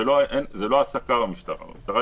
במשטרה זה לא העסקה, זה גיוס.